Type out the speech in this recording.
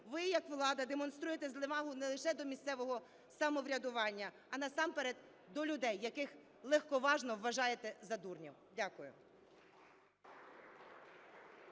ви як влада демонструєте зневагу не лише до місцевого самоврядування, а насамперед до людей, яких легковажно вважаєте за дурнів. Дякую.